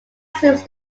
seems